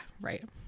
right